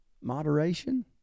moderation